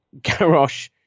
Garrosh